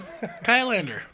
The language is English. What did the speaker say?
Kylander